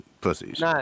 Pussies